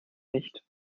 nicht